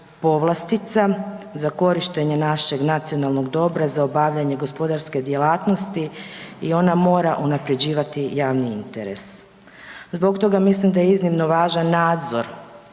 povlastica za korištenje našeg nacionalnog dobra, za obavljanje gospodarske djelatnosti i ona mora unaprjeđivati javni interes. Zbog toga mislim da je iznimno važan nadzor